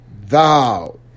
thou